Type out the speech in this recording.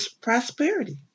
prosperity